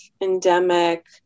endemic